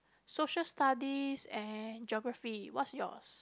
social studies and geography what's yours